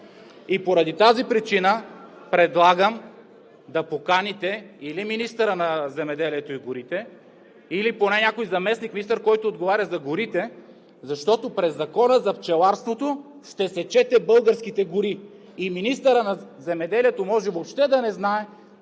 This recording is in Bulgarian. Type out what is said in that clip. Поради тази причина предлагам да поканите или министърът на земеделието, храните и горите, или поне някой заместник-министър, който отговаря за горите, защото през Закона за пчеларството ще сечете българските гори! И министърът на земеделието може въобще да не знае